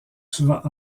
souvent